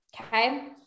okay